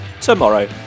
tomorrow